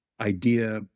idea